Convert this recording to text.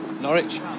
Norwich